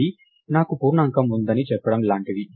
ఇది నాకు పూర్ణాంకం ఉందని చెప్పడం లాంటిది